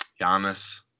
Giannis